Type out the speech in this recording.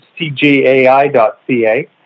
cgai.ca